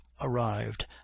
arrived